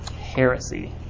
heresy